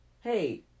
Hey